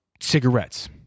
Cigarettes